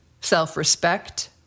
self-respect